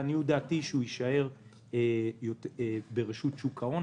לעניות דעתי, שהוא יישאר ברשות שוק ההון.